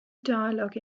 dialogue